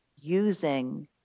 using